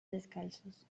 descalzos